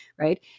right